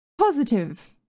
positive